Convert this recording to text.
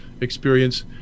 experience